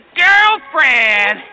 girlfriend